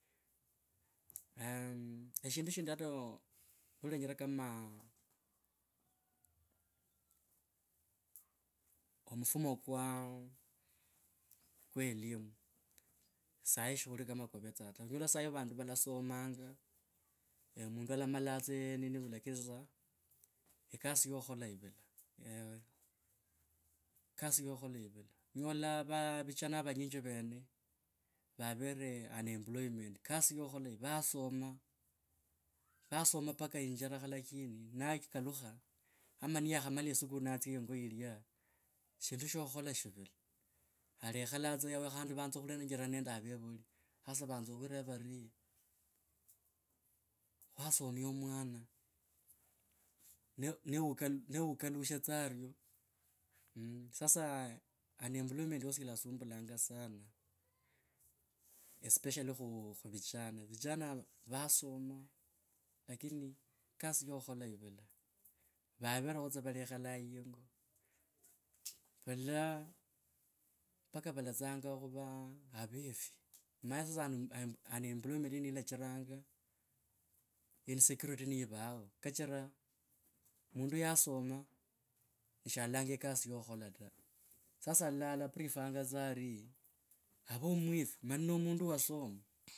eshindu shindig hata nolenjera kama omufumo kwa elimu sahi shikuli kama kwavetsa ta yula sahi vandu valasomanga mundu alamala tsa nini lakini sasa ekasi yakhukhola evula ekasi yakhukhola yivula nolola viohana vanyinji vene vavere unemployment kasi yokhukhola yivula vasoma mpaka injerekha lakini naikalukha ama niyakhamala eskulu natsia yingo yilya shindu sho khukhola shivula. Alekhola tsa yao yilya shindu sho khukhola shivula. Alekhola tsa yao khandi vanza khulenjerana nende avovuli. Sasa vanza khwireva vari, khwasomia omwana no, no ukalushe tsa aryo, sasa unemploymeny yosi ilasumbulanga sana especially khu vijana ava vasoma lakini kasi mundu yaosoma shalalokonga e kasi yokhukhola ta sasa ala alapretanga ari ave mwifi mani nomundu wasoma.